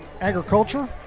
Agriculture